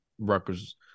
Rutgers